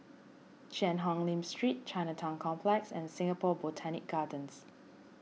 Cheang Hong Lim Street Chinatown Complex and Singapore Botanic Gardens